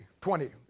Twenty